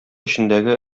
эчендәге